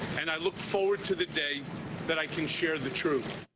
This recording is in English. and i look forward to the day that i can share the truth.